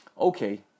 okay